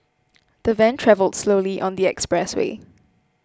the van travelled slowly on the expressway